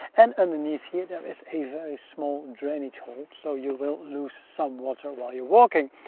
and underneath here there is a very small drainage hole, so you will lose some water while you're walking.